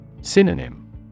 Synonym